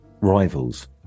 rivals